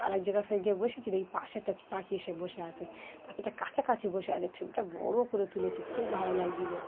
আরেক জায়গায় ফ গিয়ে বসেছি দেখ এই পাশেরটা পাখি এসে বসে আছে পাখিটা কাছাকাছি বসে আছে ছবিটা বড়ো করে তুলেছি খুব ভালো লাগছিলো